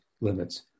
limits